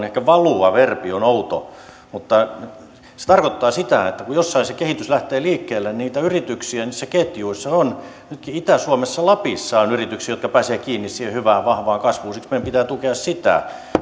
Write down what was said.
ehkä valua verbi on outo mutta se tarkoittaa sitä että kun jossain se kehitys lähtee liikkeelle niitä yrityksiä niissä ketjuissa on nytkin itä suomessa lapissa on yrityksiä jotka pääsevät kiinni siihen hyvään vahvaan kasvuun siksi meidän pitää tukea sitä